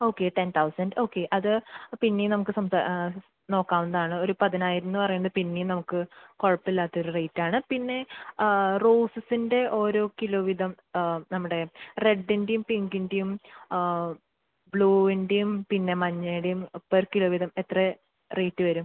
okay ten thousand okay അത് പിന്നെയും നമുക്ക് നോക്കാവുന്നതാണ് ഒരു പതിനായിരമെന്ന് പറയുമ്പോള് പിന്നെയും നമുക്ക് കുഴപ്പമില്ലാത്തൊരു റേറ്റാണ് പിന്നെ റോസസിൻ്റെ ഓരോ കിലോ വീതം നമ്മുടെ റെഡിൻ്റെയും പിങ്കിൻ്റെയും ബ്ലൂവിൻ്റെയും പിന്നെ മഞ്ഞയുടെയും പെർ കിലോ വീതം എത്ര റേറ്റ് വരും